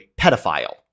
pedophile